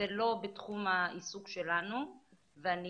זה לא בתחום העיסוק שלנו ואני